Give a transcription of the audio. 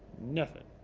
nothing.